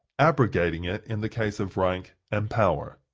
abrogating it in the case of rank and power.